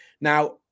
Now